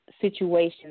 situations